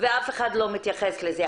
ואף אחד לא מתייחס לזה.